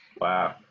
Wow